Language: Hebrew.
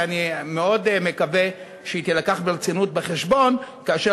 ואני מאוד מקווה שהיא תובא בחשבון מאוד ברצינות כאשר